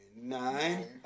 nine